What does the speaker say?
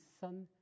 son